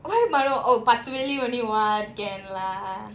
oh mano oh பத்து:paththu only one can lah